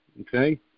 okay